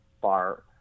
bar